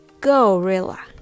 GORILLA